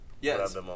yes